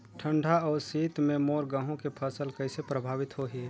ठंडा अउ शीत मे मोर गहूं के फसल कइसे प्रभावित होही?